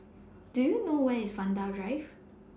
Do YOU know Where IS Vanda Drive